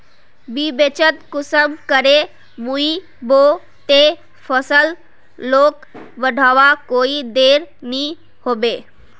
बिच्चिक कुंसम करे बोई बो ते फसल लोक बढ़वार कोई देर नी होबे?